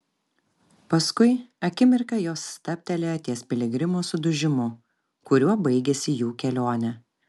paskui akimirką jos stabtelėjo ties piligrimo sudužimu kuriuo baigėsi jų kelionė